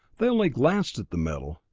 they only glanced at the metal,